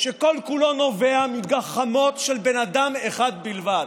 שכל-כולו נובע מגחמות של בן אדם אחד בלבד.